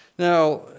Now